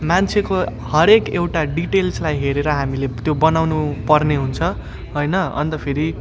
मान्छेको हरेक एउटा डिटेल्सलाई हेरेर हामीले त्यो बनाउनुपर्ने हुन्छ होइन अन्त फेरि